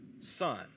son